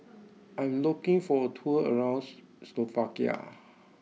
I am looking for a tour around Slovakia